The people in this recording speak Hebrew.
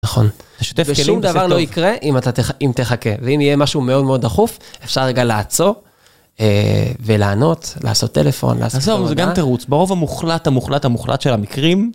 נכון. שוטף כלים, ושום דבר לא יקרה, אם תחכה. ואם יהיה משהו מאוד מאוד דחוף, אפשר רגע לעצור, ולענות, לעשות טלפון, לעשות... עזוב זה גם תירוץ, ברוב המוחלט המוחלט המוחלט של המקרים...